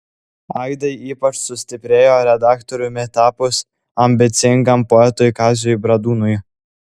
aidai ypač sustiprėjo redaktoriumi tapus ambicingam poetui kaziui bradūnui